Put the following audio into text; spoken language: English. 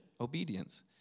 obedience